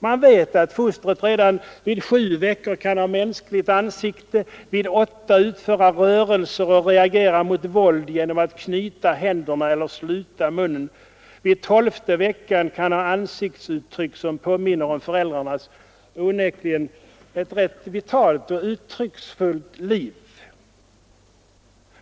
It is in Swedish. Man vet att fostret redan vid sju veckor kan ha mänskligt ansikte, vid åtta kan utföra rörelser och reagera mot våld genom att knyta händerna och sluta munnen och vid tolfte veckan kan ha ansiktsuttryck som påminner om föräldrarnas — onekligen ett rätt vitalt och uttrycksfullt liv.